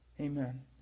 Amen